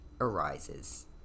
arises